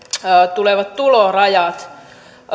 tulevat tulorajat